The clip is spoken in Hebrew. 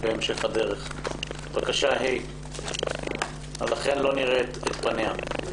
בהמשך הדרך, לכן לא נראה את פניה.